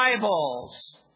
Bibles